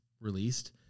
released